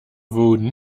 wooden